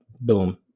boom